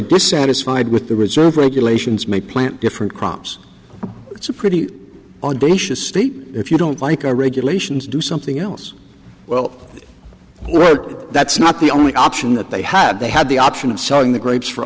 dissatisfied with the reserve bank elations may plant different crops it's a pretty audacious state if you don't like our regulations do something else well that's not the only option that they had they had the option of selling the grapes for